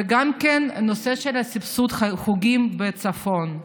וגם את הנושא הסבסוד של החוגים בצפון.